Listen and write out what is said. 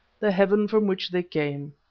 the heaven from which they came.